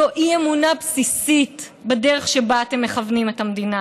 זו אי-אמונה בסיסית בדרך שבה אתם מכוונים את המדינה